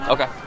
Okay